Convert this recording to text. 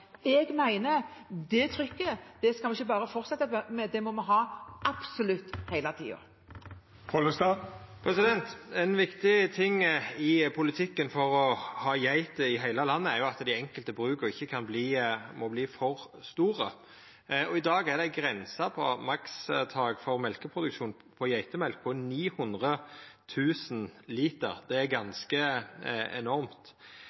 det trykket skal vi ikke bare fortsette med, det må vi ha absolutt hele tiden. Ein viktig ting i politikken for å ha geiter i heile landet er at dei enkelte bruka ikkje må verta for store. I dag er det ei grense, eit makstak, for produksjon av geitemjølk på 900 000 liter. Det er ganske enormt,